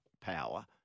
power